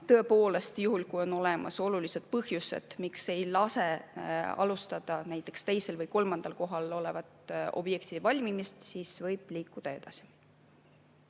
tõepoolest, juhul kui on olemas olulised põhjused, miks ei saa alustada näiteks teisel või kolmandal kohal oleva objekti ehitamist, siis võib liikuda edasi.